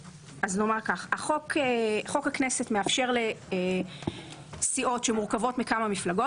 חוק הכנסת מאפשר לסיעות שמורכבות מכמה מפלגות